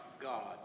God